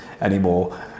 anymore